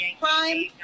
crime